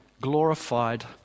glorified